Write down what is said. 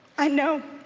i know.